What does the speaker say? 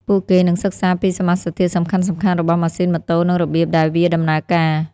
ពួកគេនឹងសិក្សាពីសមាសធាតុសំខាន់ៗរបស់ម៉ាស៊ីនម៉ូតូនិងរបៀបដែលវាដំណើរការ។